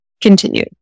continued